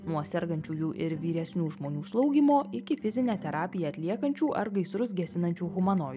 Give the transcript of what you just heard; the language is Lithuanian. nuo sergančiųjų ir vyresnių žmonių slaugymo iki fizinę terapiją atliekančių ar gaisrus gesinančių humanoidų